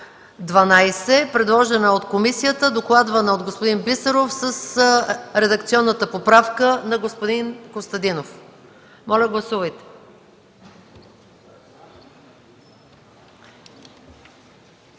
12, предложена от комисията, докладвана от господин Бисеров, с редакционната поправка на господин Костадинов. Гласували